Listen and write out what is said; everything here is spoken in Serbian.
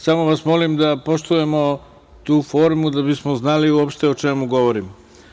Samo vas molim da poštujemo tu formu da bismo znali uopšte o čemu govorimo.